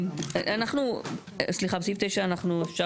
אפשר